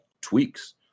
tweaks